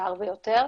קצר ביותר,